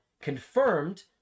confirmed